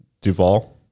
Duval